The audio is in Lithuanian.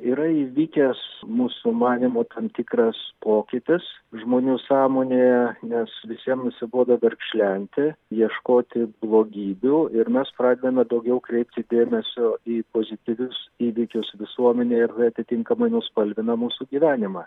yra įvykęs mūsų manymu tam tikras pokytis žmonių sąmonėje nes visiem nusibodo verkšlenti ieškoti blogybių ir mes pradedame daugiau kreipti dėmesio į pozityvius įvykius visuomenėj ir tai atitinkamai nuspalvina mūsų gyvenimą